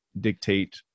dictate